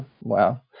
wow